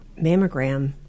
mammogram